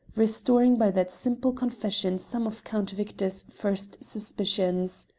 restoring by that simple confession some of count victor's first suspicions.